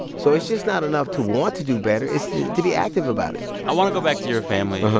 so it's just not enough to want to do better. it's to be active about it i want to go back to your family.